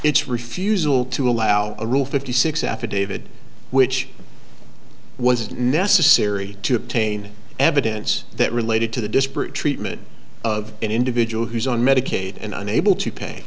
it's refusal to allow a rule fifty six affidavit which was necessary to obtain evidence that related to the disparate treatment of an individual who is on medicaid and unable to pay